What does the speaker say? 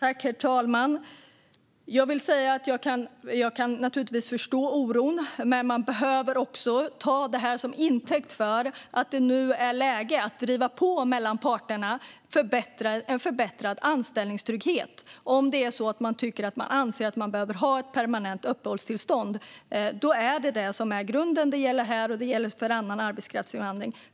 Herr talman! Jag vill säga att jag naturligtvis kan förstå oron. Men man behöver också ta det här till intäkt för att det nu är läge att driva på mellan parterna för en förbättrad anställningstrygghet. Om man anser att man behöver ha ett permanent uppehållstillstånd är detta det som är grunden. Det gäller här, och det gäller för annan arbetskraftsinvandring.